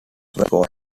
were